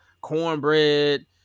cornbread